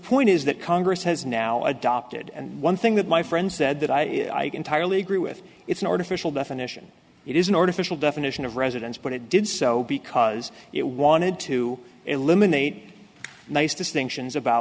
point is that congress has now adopted and one thing that my friend said that i entirely agree with it's an artificial definition it is an artificial definition of residence but it did so because it wanted to eliminate nice distinctions about